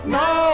no